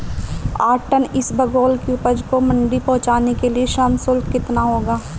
आठ टन इसबगोल की उपज को मंडी पहुंचाने के लिए श्रम शुल्क कितना होगा?